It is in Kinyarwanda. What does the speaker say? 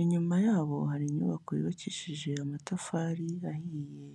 inyuma yabo hari inyubako yubakishije amatafari ahiye.